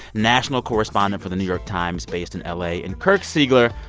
national correspondent for the new york times based in la, and kirk siegler,